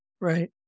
right